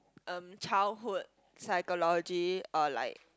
um childhood psychology uh like